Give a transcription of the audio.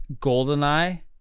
Goldeneye